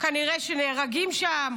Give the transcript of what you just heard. כנראה שנהרגים שם,